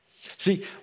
See